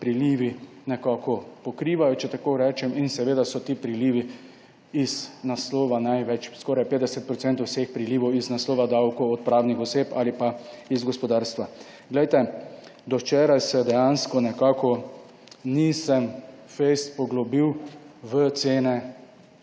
prilivi nekako pokrivajo, če tako rečem, in seveda so ti prilivi iz naslova največ, skoraj 50 procentov vseh prilivov iz naslova davkov od pravnih oseb ali pa iz gospodarstva. Glejte, do včeraj se dejansko nekako nisem fejst poglobil v cene